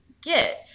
get